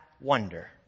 wonder